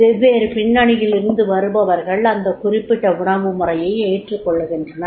வெவ்வேறு பின்னணியில் இருந்து வருபவர்கள் அந்த குறிப்பிட்ட உணவு முறையை ஏற்றுக்கொள்கின்றனர்